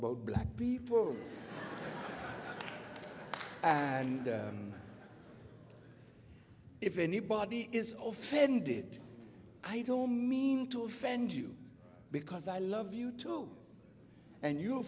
about black people and if anybody is offended i do mean to offend you because i love you too and you